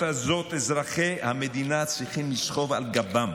הזאת אזרחי המדינה צריכים לסחוב על גבם.